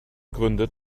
gründet